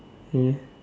ya